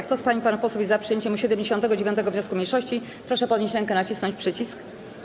Kto z pań i panów posłów jest za przyjęciem 79. wniosku mniejszości, proszę podnieść rękę i nacisnąć przycisk.